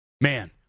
Man